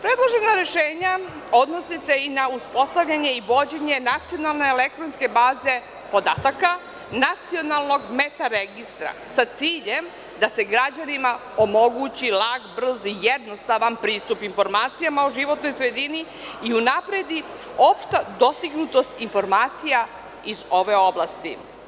Predložena rešenja odnose se i na uspostavljanje i vođenje nacionalne elektronske baze podataka i nacionalnog metar registra sa ciljem da se građanima omogući lak, brz i jednostavna pristup informacijama o životnoj sredini i unapredi opšta dostignutost informacija iz ove oblasti.